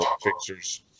fixtures